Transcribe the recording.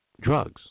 drugs